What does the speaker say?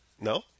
No